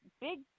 big